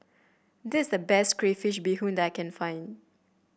this is the best Crayfish Beehoon that I can find